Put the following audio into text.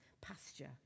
pasture